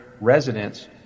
residents